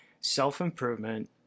self-improvement